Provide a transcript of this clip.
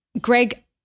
Greg